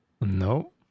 No